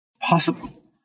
possible